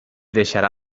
deixarà